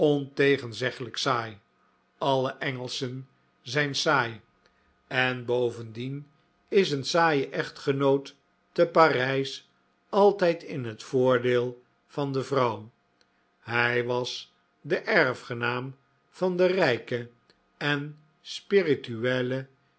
ontegenzeggelijk saai alle engelschen zijn saai en bovendien is een saaie echtgenoot te parijs altijd in het voordeel van de vrouw hij was de erfgenaam van de rijke en spirituelle